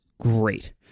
great